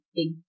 big